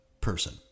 person